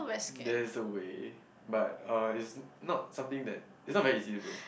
there's a way but uh it's not something that it's not very easy to do